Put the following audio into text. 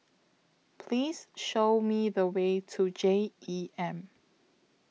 Please Show Me The Way to J E M